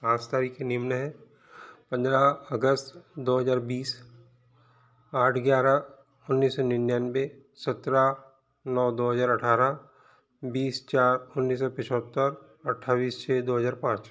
पाँच तारीख निम्न है पंद्रह अगस्त दो हजार बीस आठ ग्यारह उन्नीस सौ निन्यानवे सत्रह नौ दो हजार अट्ठारह बीस चार उन्नीस सौ पचहत्तर अट्ठाईस छः दो हजार पाँच